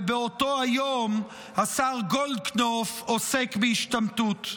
ובאותו היום השר גולדקנופ עוסק בהשתמטות.